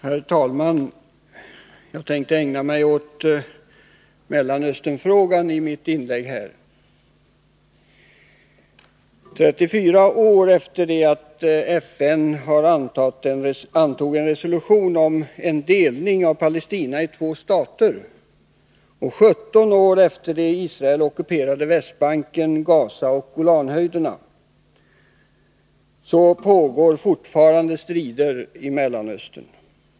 Herr talman! Jag skall ägna mig åt Mellanösternfrågan i mitt inlägg. 34 år efter det att FN antog resolutionen om en delning av Palestina i två stater och 17 år efter det att Israel ockuperade Västbanken, Gaza och Golanhöjderna pågår fortfarande strider i Mellanöstern.